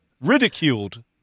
ridiculed